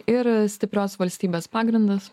ir stiprios valstybės pagrindas